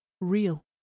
Real